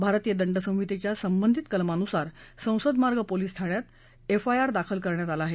भारतीय दंड संहितेच्या संबंधित कलमांनुसार संसद मार्ग पोलीस ठाण्यात एफआयआर दाखल करण्यात आली आहे